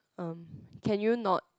erm can you not